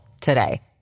today